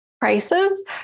prices